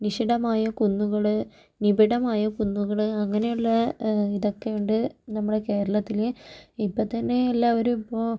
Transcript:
നിഷിടമായ കുന്നുകള് നിബിഡമായ കുന്നുകള് അങ്ങനെയുള്ള ഇതൊക്കെയുണ്ട് നമ്മുടെ കേരളത്തില് ഇപ്പം തന്നെ എല്ലാവരും ഇപ്പോൾ